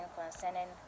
concerning